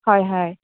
হয় হয়